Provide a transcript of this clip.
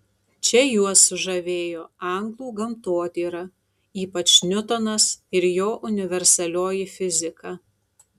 čia juos sužavėjo anglų gamtotyra ypač niutonas ir jo universalioji fizika